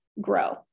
grow